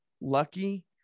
lucky